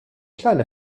kleine